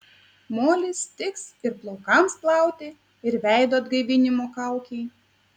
molis tiks ir plaukams plauti ir veido atgaivinimo kaukei